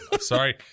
Sorry